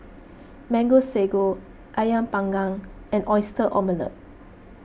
Mango Sago Ayam Panggang and Oyster Omelette